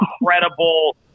incredible